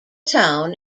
town